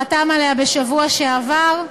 חתם עליה בשבוע שעבר,